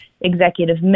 executive